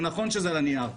זה נכון שזה על הנייר,